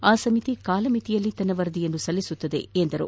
ಆ ಸಮಿತಿ ಕಾಲಮಿತಿಯಲ್ಲಿ ವರದಿಯನ್ನು ಸಲ್ಲಿಸಲಿದೆ ಎಂದರು